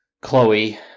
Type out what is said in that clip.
Chloe